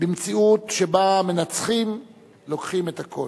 במציאות שבה המנצחים לוקחים את הכול,